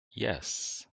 yes